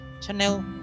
channel